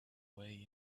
way